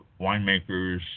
winemakers